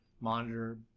monitor